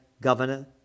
Governor